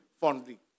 fondly